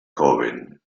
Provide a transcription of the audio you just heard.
joven